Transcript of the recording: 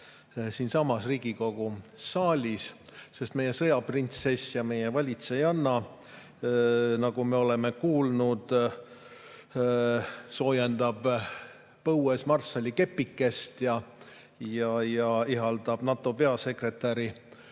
siinsamas Riigikogu saalis, sest meie sõjaprintsess, meie valitsejanna, nagu me oleme kuulnud, soojendab põues marssalikepikest ja ihaldab NATO peasekretäri